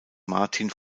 martin